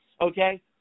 Okay